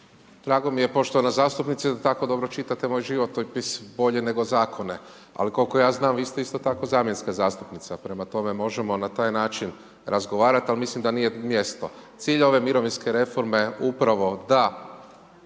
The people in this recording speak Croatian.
Drago mi je poštovana zastupnice da tako dobro čitate moj životopis, bolje nego zakone. Ali koliko ja znam vi ste isto tako zamjenska zastupnica, prema tome možemo na taj način razgovarati, ali mislim da nije mjesto. Cilj ove mirovinske reforme upravo da